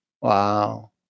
Wow